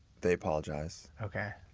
they apologize. ok.